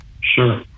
Sure